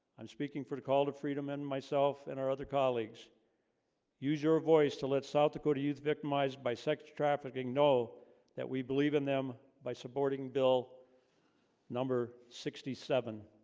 i'm speaking for the call to freedom and myself and our other colleagues use your voice to let south dakota youth victimized by sex trafficking know that we believe in them by supporting bill number sixty seven,